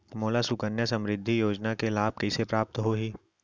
मोला सुकन्या समृद्धि योजना के लाभ कइसे प्राप्त होही?